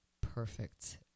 perfect